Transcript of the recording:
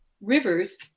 Rivers